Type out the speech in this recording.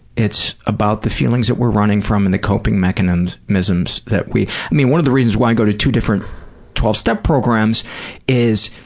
it's about the feelings that we're running from and the coping mechanisms mechanisms that we, i mean, one of the reasons why i go to two different twelve step programs is,